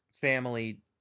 family